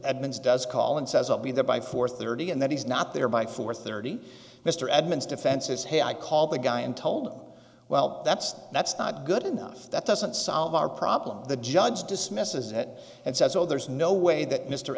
edmunds does call and says i'll be there by four thirty and then he's not there by four thirty mr edmunds defenses hey i call the guy and told him well that's that's not good enough that doesn't solve our problem the judge dismisses it and says oh there's no way that mr